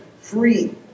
free